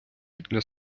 для